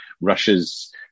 russia's